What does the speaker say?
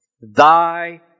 thy